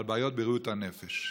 על בעיות בריאות הנפש.